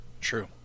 True